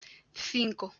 cinco